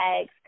eggs